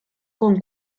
con